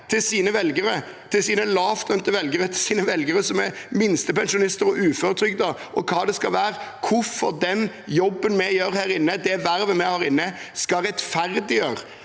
til sine velgere, til sine lavtlønte velgere, til sine velgere som er minstepensjonister og uføretrygdet – og hva det skal være – hvorfor den jobben vi gjør her inne, det vervet vi har her inne, skal rettferdiggjøre